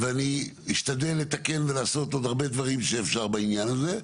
ואני אשתדל לתקן ולעשות עוד הרבה דברים שאפשר בעניין הזה,